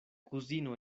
kuzino